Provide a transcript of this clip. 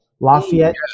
Lafayette